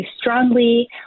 strongly